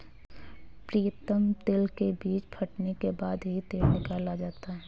प्रीतम तिल के बीज फटने के बाद ही तेल निकाला जाता है